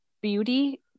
beauty